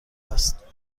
است